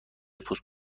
پست